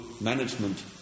management